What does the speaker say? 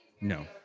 no